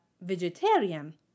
vegetarian